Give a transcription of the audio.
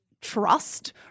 trust